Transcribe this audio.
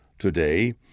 Today